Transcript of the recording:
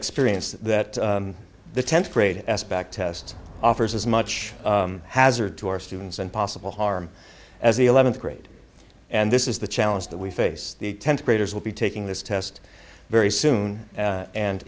experience that the tenth grade aspect test offers as much hazard to our students and possible harm as the eleventh grade and this is the challenge that we face the tenth graders will be taking this test very soon